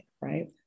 right